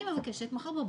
מחר בבוקר,